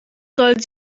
soll